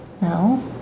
No